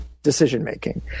decision-making